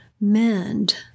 mend